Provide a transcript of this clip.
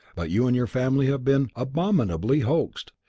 but you and your family have been abominably hoaxed,